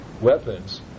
weapons